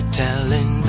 telling